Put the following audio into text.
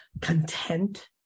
content